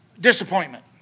Disappointment